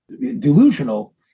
delusional